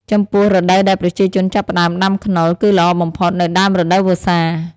ចំពោះរដូវដែលប្រជាជនចាប់ផ្តើមដាំខ្នុរ គឺល្អបំផុតនៅដើមរដូវវស្សា។